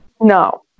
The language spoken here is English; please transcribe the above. no